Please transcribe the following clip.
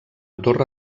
torre